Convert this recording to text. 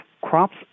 crops